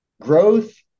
growth